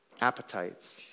appetites